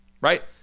right